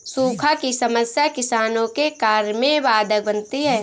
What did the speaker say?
सूखा की समस्या किसानों के कार्य में बाधक बनती है